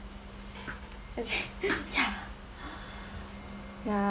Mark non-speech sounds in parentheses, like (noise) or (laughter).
okay (laughs) ya ya